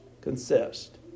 consist